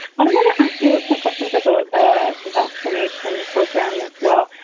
i want to ask you some questions about the vaccination program as well.